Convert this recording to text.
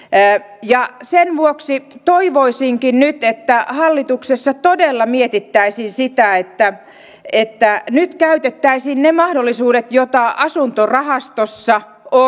sen vuoksi toivoisinkin nyt että hallituksessa todella mietittäisiin sitä että nyt käytettäisiin ne mahdollisuudet joita asuntorahastossa on